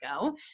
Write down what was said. go